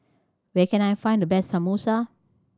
where can I find the best Samosa